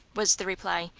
was the reply.